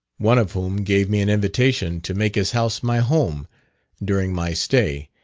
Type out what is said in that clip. one of whom gave me an invitation to make his house my home during my stay,